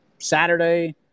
Saturday